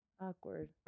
Awkward